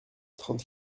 trente